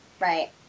Right